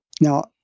Now